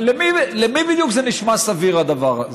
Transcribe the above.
למי בדיוק זה נשמע סביר, הדבר הזה?